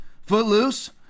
Footloose